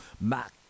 Mac